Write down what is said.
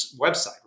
website